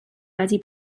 wedi